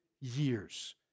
years